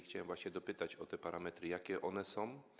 Chciałem właśnie dopytać o te parametry, jakie one są.